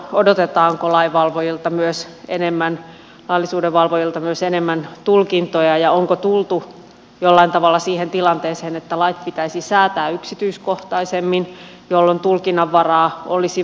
odotetaanko lainvalvojilta laillisuudenvalvojilta myös enemmän tulkintoja ja onko tultu jollain tavalla siihen tilanteeseen että lait pitäisi säätää yksityiskohtaisemmin jolloin tulkinnanvaraa olisi vähemmän